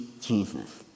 Jesus